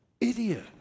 Idiot